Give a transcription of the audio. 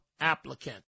applicant